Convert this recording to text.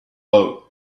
boat